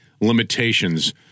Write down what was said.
limitations